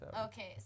Okay